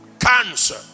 cancer